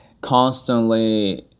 constantly